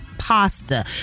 pasta